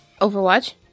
Overwatch